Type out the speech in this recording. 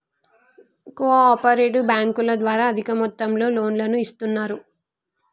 co operative బ్యాంకుల ద్వారా అధిక మొత్తంలో లోన్లను ఇస్తున్నరు